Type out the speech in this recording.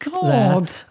God